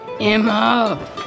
Emma